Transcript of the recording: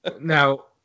Now